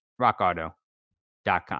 rockauto.com